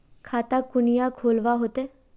खाता कुनियाँ खोलवा होते?